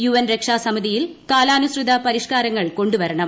U N രക്ഷാ സമിതിയിൽ കാലാനുസൃത പരിഷ്കാരങ്ങൾ കൊണ്ടുവരണം